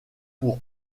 pour